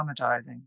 traumatizing